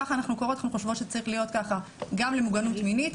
ככה אנחנו חושבות שצריך להיות גם למוגנות מינית,